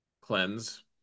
cleanse